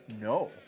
No